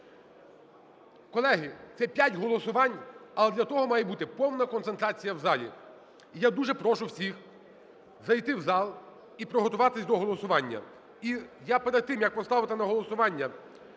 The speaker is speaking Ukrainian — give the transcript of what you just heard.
Колеги, це п'ять голосувань, але для того має бути повна концентрація в залі. І я дуже прошу всіх зайти в зал і приготуватися до голосування. І я перед тим, як поставити на голосування